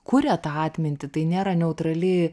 kuria tą atmintį tai nėra neutrali